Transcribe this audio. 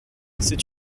c’est